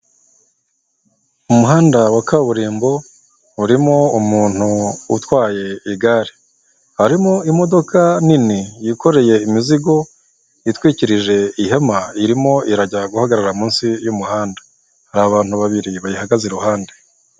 Umuhanda wa kaburimbo, urimo umuntu utwaye igare. Harimo imodoka nini yikoreye imizigo, itwikirije ihema irimo irajya guhagarara munsi y'umuhanda. Hari abantu babiri bayihagaze iruhande.